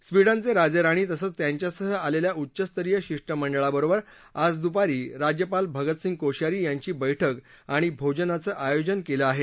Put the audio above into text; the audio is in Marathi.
स्विडनचे राजे राणी तसंच त्यांच्यासह आलेल्या उच्च स्तरीय शिष्टमंडळाबरोबर आज दुपारी राज्यपाल भगत सिंग कोश्यारी यांची बैठक आणि भोजनाचे आयोजन करण्यात आले आहे